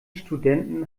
studenten